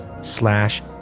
slash